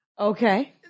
Okay